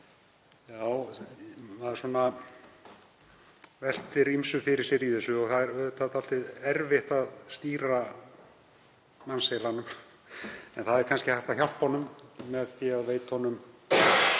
Maður veltir ýmsu fyrir sér í þessu. Það er auðvitað dálítið erfitt að stýra mannsheilanum en það er kannski hægt að hjálpa honum með því að veita honum